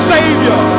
Savior